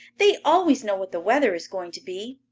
they always know what the weather is going to be.